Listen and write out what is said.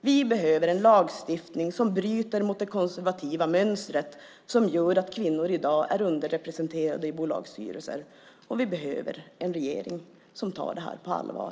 Vi behöver en lagstiftning som bryter mot det konservativa mönster som gör att kvinnor i dag är underrepresenterade i bolagsstyrelser, och vi behöver en regering som tar det här på allvar.